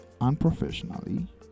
unprofessionally